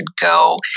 go